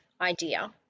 idea